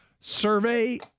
Survey